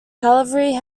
cavalry